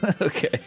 Okay